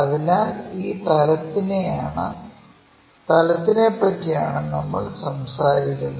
അതിനാൽ ഈ തലത്തിനെ പറ്റിയാണ് നമ്മൾ സംസാരിക്കുന്നത്